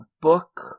book